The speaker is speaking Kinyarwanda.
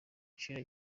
giciro